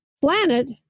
planet